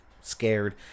scared